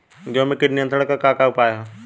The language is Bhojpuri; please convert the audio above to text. गेहूँ में कीट नियंत्रण क का का उपाय ह?